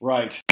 Right